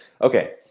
Okay